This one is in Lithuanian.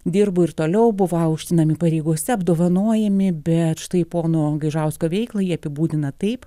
dirbo ir toliau buvo aukštinami pareigose apdovanojami bet štai pono gaižausko veiklą jie apibūdina taip